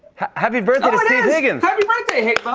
happy birthday to steve higgins. i mean like